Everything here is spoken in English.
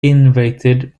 innervated